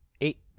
Eight